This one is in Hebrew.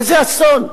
איזה אסון...